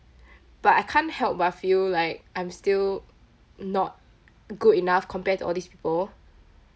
but I can't help but feel like I'm still not good enough compare to all these people